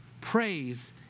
Praise